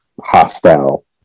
hostile